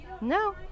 No